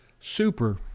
super